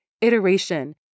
iteration